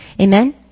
Amen